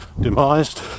demised